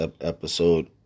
episode